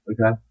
okay